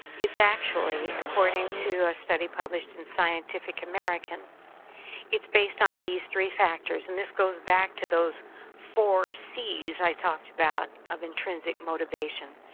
it's actually, according to a study published in scientific american is based on these three factors and this goes back to those four c's i talked about of intrinsic motivation,